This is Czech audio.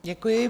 Děkuji.